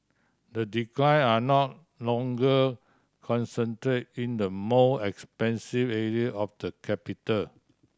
the decline are no longer concentrate in the more expensive area of the capital